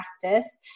practice